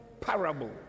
parable